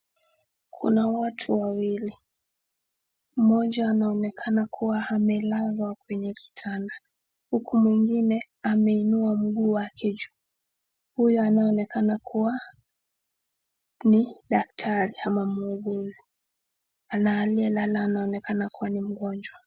Kuna watu wawili, mmoja anaonekana kuwa amelazwa kwenye kitanda uku mwingine ameinua mguu wake juu. Huyu anaonekana kuwa ni daktari ama muuguzi na aliyelala anaonekana kuwa ni mgonjwa.